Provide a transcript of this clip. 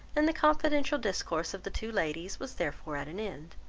and the confidential discourse of the two ladies was therefore at an end,